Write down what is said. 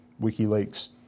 WikiLeaks